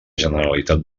generalitat